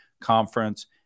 conference